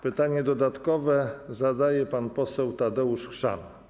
Pytanie dodatkowe zadaje pan poseł Tadeusz Chrzan.